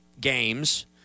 games